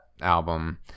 album